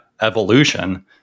evolution